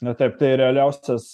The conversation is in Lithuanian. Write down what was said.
na taip tai realiausias